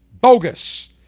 bogus